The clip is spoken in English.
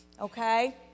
Okay